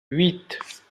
huit